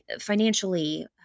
financially